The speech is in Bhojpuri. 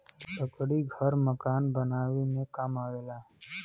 लकड़ी घर मकान बनावे में काम आवेला